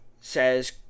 says